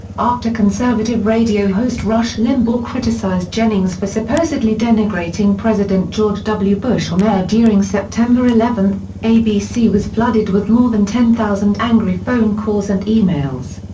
after conservative radio host rush limbaugh criticized jennings for supposedly denigrating president george w. bush on-air during september eleven, abc was flooded with more than ten thousand angry phone calls and e-mails.